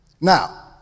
Now